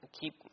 keep